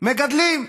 מגדלים.